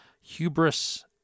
Hubris